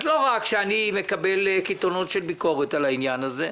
אז לא רק שאני מקבל קיתונות של ביקורת על העניין הזה.